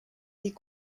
est